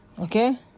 Okay